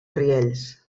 riells